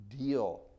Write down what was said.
deal